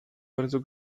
bardzo